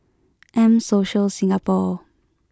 M Social Singapore